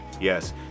yes